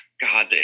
God